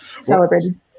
celebrated